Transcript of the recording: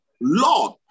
Lord